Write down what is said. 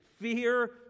Fear